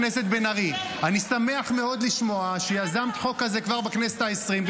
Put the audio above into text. אני שמח מאוד לשמוע שיזמת חוק כזה כבר בכנסת העשרים,